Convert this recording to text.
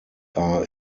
are